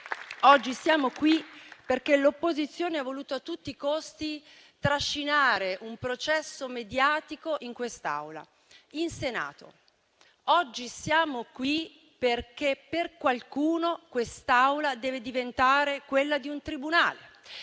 Oggi siamo qui perché l'opposizione ha voluto a tutti i costi trascinare un processo mediatico in quest'Aula, in Senato. Oggi siamo qui perché per qualcuno quest'Aula deve diventare quella di un tribunale